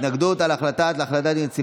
21 בעד, אין מתנגדים ואין נמנעים.